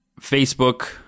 Facebook